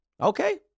okay